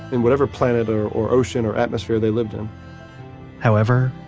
in whatever planet or or ocean or atmosphere they lived in however,